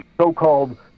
so-called